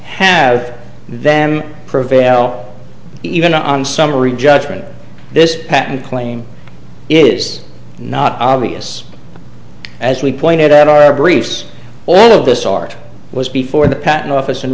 have them prevail even on summary judgment or this patent claim is not obvious as we pointed out our briefs all of this art was before the patent office and